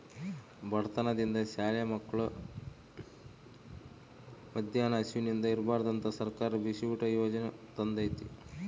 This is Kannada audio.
ಬಡತನದಿಂದ ಶಾಲೆ ಮಕ್ಳು ಮದ್ಯಾನ ಹಸಿವಿಂದ ಇರ್ಬಾರ್ದಂತ ಸರ್ಕಾರ ಬಿಸಿಯೂಟ ಯಾಜನೆ ತಂದೇತಿ